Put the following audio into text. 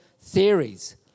theories